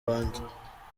wange